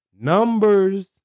numbers